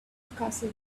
castle